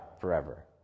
forever